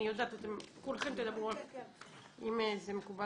אני שמחה